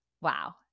wow